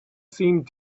seemed